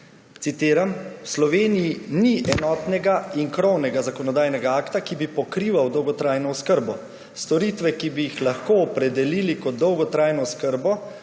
citiram: »V Sloveniji ni enotnega in krovnega zakonodajnega akta, ki bi pokrival dolgotrajno oskrbo. Storitve, ki bi jih lahko opredelili kot dolgotrajno oskrbo,